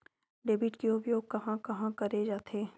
Debit के उपयोग कहां कहा करे जाथे?